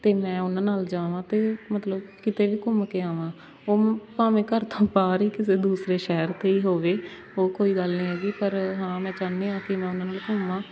ਅਤੇ ਮੈਂ ਉਹਨਾਂ ਨਾਲ ਜਾਵਾਂ ਅਤੇ ਮਤਲਬ ਕਿਤੇ ਵੀ ਘੁੰਮ ਕੇ ਆਵਾਂ ਉਹ ਭਾਵੇਂ ਘਰ ਤੋਂ ਬਾਹਰ ਹੀ ਕਿਸੇ ਦੂਸਰੇ ਸ਼ਹਿਰ 'ਤੇ ਹੀ ਹੋਵੇ ਉਹ ਕੋਈ ਗੱਲ ਨਹੀਂ ਹੈਗੀ ਪਰ ਹਾਂ ਮੈਂ ਚਾਹੁੰਦੀ ਹਾਂ ਕਿ ਮੈਂ ਉਹਨਾਂ ਨਾਲ ਘੁੰਮਾਂ